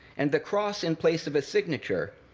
and the cross in place of a signature,